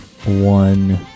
one